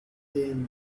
then